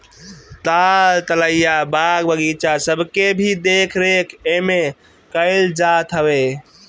ताल तलैया, बाग बगीचा सबके भी देख रेख एमे कईल जात हवे